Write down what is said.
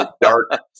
dark